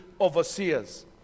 overseers